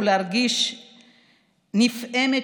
ולהרגיש נפעמת,